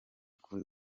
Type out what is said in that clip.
kuri